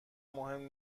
مهم